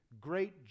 great